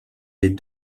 des